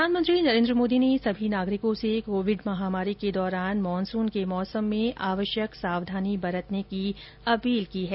प्रधानमंत्री नरेंद्र मोदी ने सभी नागरिकों से कोविड महामारी के दौरान मानसून के मौसम में आवश्यक सावधानी बरतने की अपील की है